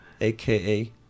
aka